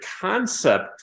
concept